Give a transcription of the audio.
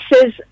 says